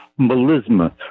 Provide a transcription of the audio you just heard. melisma